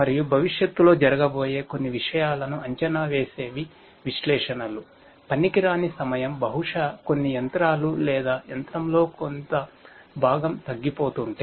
మరియు భవిష్యత్తులో జరగబోయే కొన్ని విషయాలను అంచనా వేసేవి విశ్లేషణలు పనికిరాని సమయం బహుశా కొన్ని యంత్రాలు లేదా యంత్రంలో కొంత భాగంతగ్గిపోతుంటే